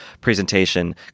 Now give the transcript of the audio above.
presentation